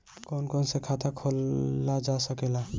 कौन कौन से खाता खोला जा सके ला?